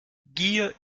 gier